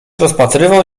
rozpytywał